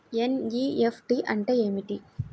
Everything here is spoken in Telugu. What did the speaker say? ఎన్.ఈ.ఎఫ్.టీ అంటే ఏమిటీ?